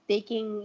Taking